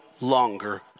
longer